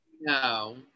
No